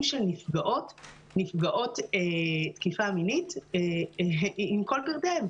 של נפגעות תקיפה מינית עם כל פרטיהן.